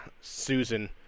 Susan